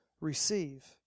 receive